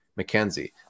McKenzie